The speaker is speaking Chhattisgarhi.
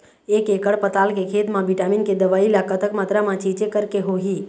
एक एकड़ पताल के खेत मा विटामिन के दवई ला कतक मात्रा मा छीचें करके होही?